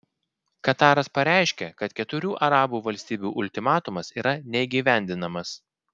kataras pareiškė kad keturių arabų valstybių ultimatumas yra neįgyvendinamas